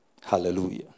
Hallelujah